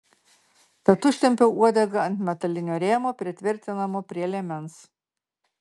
tad užtempiau uodegą ant metalinio rėmo pritvirtinamo prie liemens